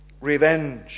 revenge